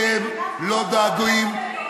יש לנו מורים טובים,